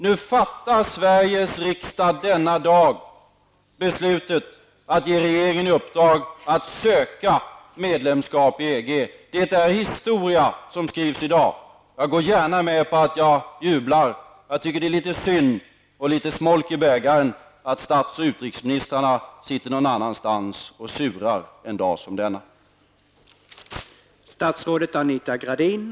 Nu fattar Sveriges riksdag denna dag beslutet att ge regeringen i uppdrag att söka medlemskap i EG. Det är historia som skrivs i dag. Jag går gärna med på att jag jublar. Jag tycker att det är litet synd och litet smolk i bägaren att stats och utrikesministrarna sitter någon annanstans och surar en dag som denna.